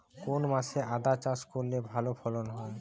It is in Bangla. কোন মাসে আদা চাষ করলে ভালো ফলন হয়?